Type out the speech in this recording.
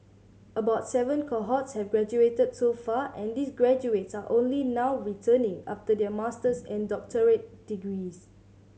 about seven cohorts have graduated so far and these graduates are only now returning after their master's and doctorate degrees